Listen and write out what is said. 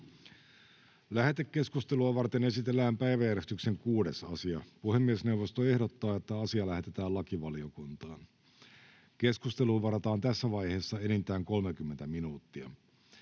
Lähetekeskustelua varten esitellään päiväjärjestyksen 8. asia. Puhemiesneuvosto ehdottaa, että asia lähetetään maa- ja metsätalousvaliokuntaan. Keskusteluun varataan tässä vaiheessa enintään 30 minuuttia.